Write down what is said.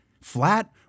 Flat